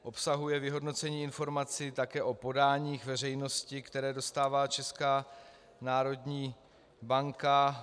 Obsahuje vyhodnocení informací také o podáních veřejnosti, které dostává Česká národní banka.